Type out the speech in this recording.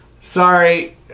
sorry